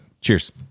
Cheers